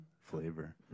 flavor